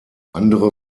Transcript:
andere